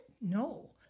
no